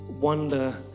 wonder